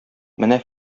менә